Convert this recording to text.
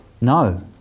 No